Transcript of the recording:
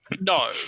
No